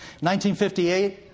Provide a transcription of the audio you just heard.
1958